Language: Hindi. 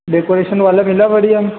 डेकोरैशन वाला मिला बढ़िया